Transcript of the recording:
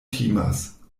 timas